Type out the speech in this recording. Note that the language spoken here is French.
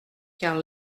car